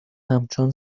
همچون